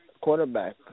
quarterback